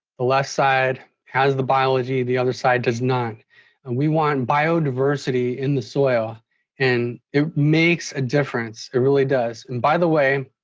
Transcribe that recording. the left side has the biology the other side does not. and we want biodiversity in the soil and it makes a difference it really does! and by the way,